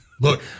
look